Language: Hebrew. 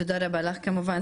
תודה רבה לך, כמובן